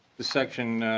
the section